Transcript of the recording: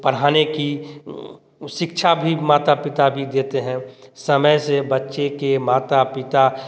पढ़ाने की शिक्षा भी माता पिता भी देते हैं समय से बच्चे के माता पिता